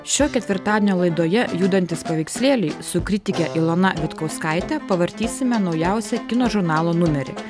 šio ketvirtadienio laidoje judantys paveikslėliai su kritike ilona vitkauskaite pavartysime naujausią kino žurnalo numerį